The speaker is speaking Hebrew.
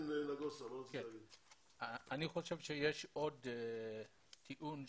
אני חושב שיש עוד טיעון שאפשר,